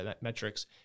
metrics